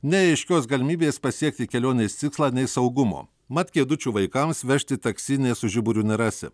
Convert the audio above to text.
nei aiškios galimybės pasiekti kelionės tikslą nei saugumo mat kėdučių vaikams vežti taksi su žiburiu nerasi